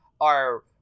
are-